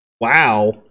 Wow